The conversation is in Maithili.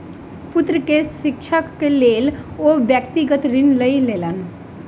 पुत्र के शिक्षाक लेल ओ व्यक्तिगत ऋण लय लेलैन